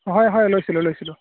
হয় হয় লৈছিলোঁ লৈছিলোঁ